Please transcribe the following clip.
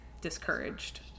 discouraged